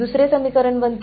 दुसरे समीकरण बनते